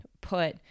put